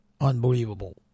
unbelievable